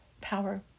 power